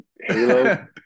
Halo